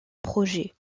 projet